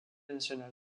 nationale